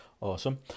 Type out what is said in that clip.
Awesome